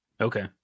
Okay